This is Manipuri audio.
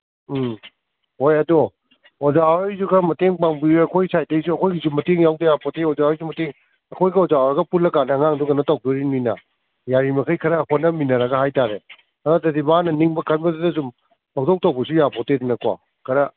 ꯎꯝ ꯍꯣꯏ ꯑꯗꯣ ꯑꯣꯖꯥ ꯍꯣꯏꯁꯨ ꯈꯔ ꯃꯇꯦꯡ ꯄꯥꯡꯕꯤꯎ ꯑꯩꯈꯣꯏ ꯁꯥꯏꯠꯇꯒꯤꯁꯨ ꯑꯩꯈꯣꯏꯒꯤꯁꯨ ꯃꯇꯦꯡ ꯌꯥꯎꯗ ꯌꯥꯄꯣꯠꯇꯦ ꯑꯣꯖꯥꯈꯣꯏꯁꯨ ꯃꯇꯦꯡ ꯑꯩꯈꯣꯏꯒ ꯑꯣꯖꯥꯈꯣꯏꯒ ꯄꯨꯜꯂꯀꯥꯟꯗ ꯑꯉꯥꯡꯗꯨ ꯀꯩꯅꯣ ꯇꯧꯗꯣꯔꯤꯃꯤꯅ ꯌꯥꯔꯤꯃꯈꯩ ꯈꯔ ꯍꯣꯠꯅꯃꯤꯟꯅꯔꯒ ꯍꯥꯏꯇꯥꯔꯦ ꯑꯗꯨ ꯅꯠꯇ꯭ꯔꯗꯤ ꯃꯥꯅ ꯅꯤꯡꯕ ꯈꯟꯕꯗꯨꯇ ꯁꯨꯝ ꯄꯪꯇꯧ ꯇꯧꯕꯁꯨ ꯌꯥꯄꯣꯠꯅꯠꯇꯦꯗꯅꯀꯣ ꯈꯔ